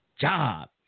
job